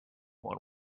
one